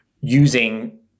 using